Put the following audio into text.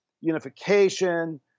unification